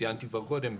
ציינתי כבר קודם,